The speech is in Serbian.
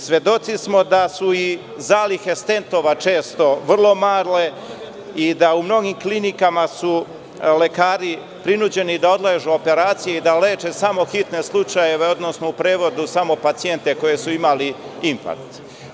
Svedoci smo da su i zalihe stentova često vrlo male i da u mnogim klinikama su lekari prinuđeni da odlažu operacije i da leče samo hitne slučajeve, odnosno, u prevodu, samo pacijente koji su imali infarkt.